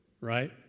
right